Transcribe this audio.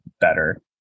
better